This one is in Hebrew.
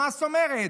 מה זאת אומרת?